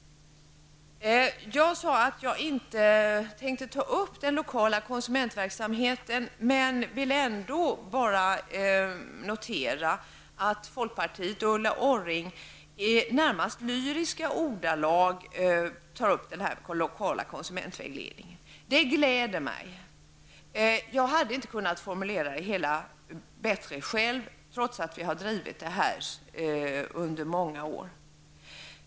Jag sade att jag inte tänkte ta upp den lokala konsumentverksamheten. Men jag vill ändå notera att folkpartiet och Ulla Orring i närmast lyriska ordalag tar upp den lokala konsumentvägledningen. Det gläder mig. Jag hade inte kunnat formulera det bättre själv, trots att vi har drivit denna fråga under många år.